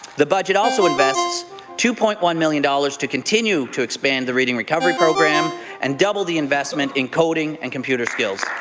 the budget also invested two point one million dollars to continue to expand the reading recovery program and double the investment in coding and computer skills.